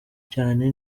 cyane